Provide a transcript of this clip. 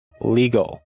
legal